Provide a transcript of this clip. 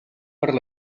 per